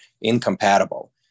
incompatible